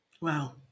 Wow